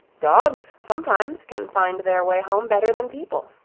dogs sometimes can find their way home better than people,